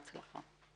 בהצלחה.